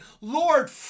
Lord